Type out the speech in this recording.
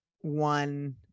one